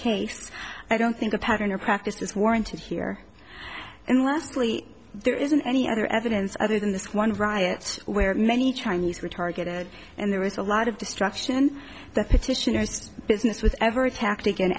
case i don't think a pattern or practice is warranted here and lastly there isn't any other evidence other than this one riot where many chinese were targeted and there was a lot of destruction that petitioners business with ever attacked again